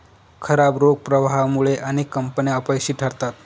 खराब रोख प्रवाहामुळे अनेक कंपन्या अपयशी ठरतात